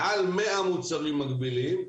מעל 100 מוצרים מקבילים.